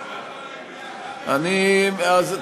אבל למה לדבר כל כך לא לעניין?